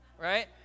right